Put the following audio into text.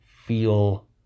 feel